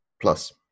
plus